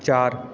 چار